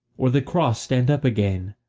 or the cross stand up again,